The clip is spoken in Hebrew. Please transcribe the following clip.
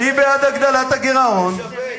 היא בעד הגדלת הגירעון, תשווק, תשווק.